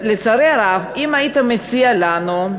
לצערי הרב, אם היית מציע לנו,